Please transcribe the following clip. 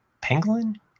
penguin